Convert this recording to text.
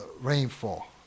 rainfall